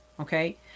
Okay